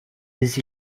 les